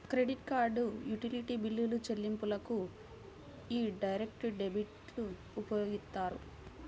credit card, utility బిల్లుల చెల్లింపులకు యీ డైరెక్ట్ డెబిట్లు ఉపయోగిత్తారు